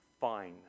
fine